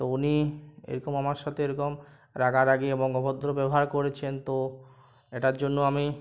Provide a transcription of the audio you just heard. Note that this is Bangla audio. তো উনি এরকম আমার সাথে এরকম রাগারাগি এবং অভদ্র ব্যবহার করেছেন তো এটার জন্য আমি